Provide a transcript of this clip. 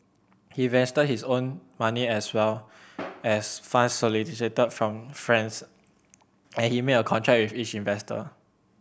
he invested his own money as well as funds solicited from friends and he made a contract with each investor